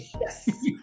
yes